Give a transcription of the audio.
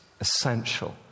Essential